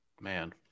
Man